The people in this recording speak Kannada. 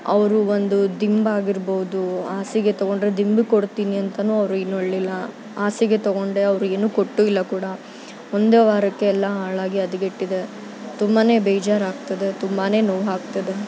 ಅವರು ಒಂದು ದಿಂಬಾಗಿರ್ಬೋದು ಹಾಸಿಗೆ ತೊಗೊಂಡ್ರೆ ದಿಂಬು ಕೊಡ್ತೀನಿ ಅಂತನೂ ಅವ್ರು ಏನೂ ಹೇಳಿಲ್ಲ ಹಾಸಿಗೆ ತೊಗೊಂಡೆ ಅವ್ರು ಏನೂ ಕೊಟ್ಟೂ ಇಲ್ಲ ಕೂಡ ಒಂದೇ ವಾರಕ್ಕೆ ಎಲ್ಲ ಹಾಳಾಗಿ ಹದಗೆಟ್ಟಿದೆ ತುಂಬಾ ಬೇಜಾರಾಗ್ತಿದೆ ತುಂಬಾ ನೋವು ಆಗ್ತಿದೆ